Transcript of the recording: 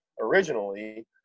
originally